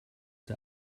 der